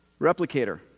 Replicator